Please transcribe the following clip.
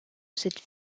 cette